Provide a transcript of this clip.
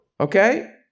Okay